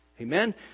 Amen